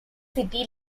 city